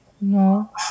No